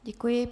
Děkuji.